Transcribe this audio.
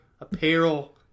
apparel